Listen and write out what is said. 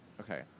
Okay